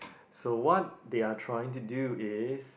so what they are trying to do is